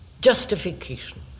justification